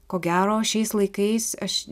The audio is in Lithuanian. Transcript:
ko gero šiais laikais aš